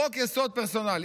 חוק-יסוד פרסונלי.